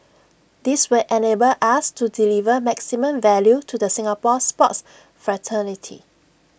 this will enable us to deliver maximum value to the Singapore sports fraternity